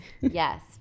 Yes